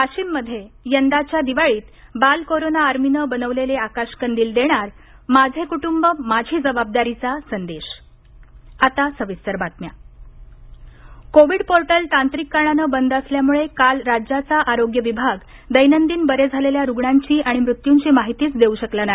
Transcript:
वाशिममध्ये यंदाच्या दिवाळीत बाल कोरोना आर्मीनं बनविलेले आकाश कंदील देणार माझे कुटुंब माझी जबाबदारी चा संदेश कोरोना राज्य कोविड पोर्टल तांत्रिक कारणानं बंद असल्यामुळे काल राज्याचा आरोग्य विभाग दैनंदिन बरे झालेल्या रुग्णांची आणि मृत्यूंची माहितीच देऊ शकला नाही